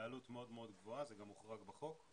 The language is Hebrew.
בעלות מאוד מאוד גבוהה, זה גם הוחרג בחוק.